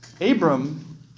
Abram